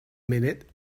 minute